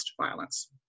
violence